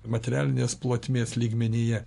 materialinės plotmės lygmenyje